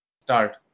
start